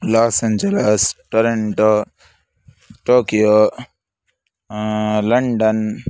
Los Angeles Toronto Tokyo London